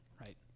Right